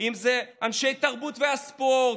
אם זה אנשי התרבות והספורט,